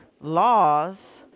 laws